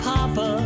Papa